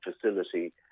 facility